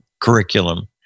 curriculum